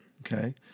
Okay